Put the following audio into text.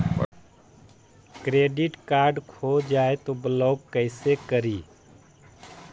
Credit card खो जाए तो ब्लॉक कैसे करी?